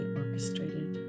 orchestrated